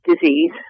disease